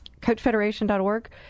coachfederation.org